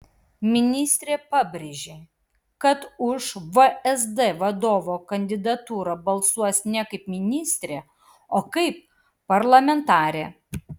ministrė pabrėžė kad už vsd vadovo kandidatūrą balsuos ne kaip ministrė o kaip parlamentarė